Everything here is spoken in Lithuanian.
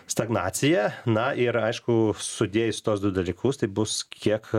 stagnacija na ir aišku sudėjus tuos du dalykus tai bus kiek